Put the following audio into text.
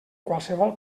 qualsevol